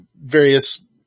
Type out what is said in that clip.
various